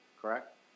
Correct